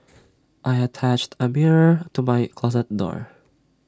I attached A mirror to my closet door